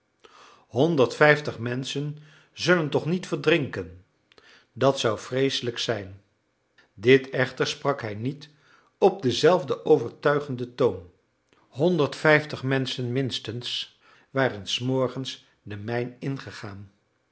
honderdvijftig menschen zullen toch niet verdrinken dat zou vreeselijk zijn dit echter sprak hij niet op denzelfden overtuigenden toon honderdvijftig menschen minstens waren s morgens de mijn ingegaan